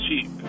cheap